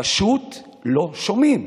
פשוט לא שומעים.